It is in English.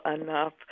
enough